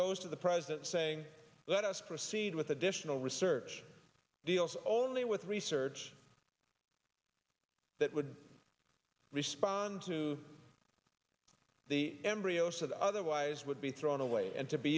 goes to the president saying let us proceed with additional research deals only with research that would respond to the embryos that otherwise would be thrown away and to be